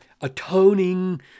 atoning